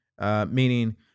meaning